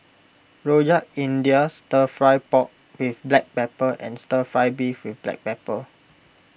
Rojak India Stir Fry Pork with Black Pepper and Stir Fry Beef with Black Pepper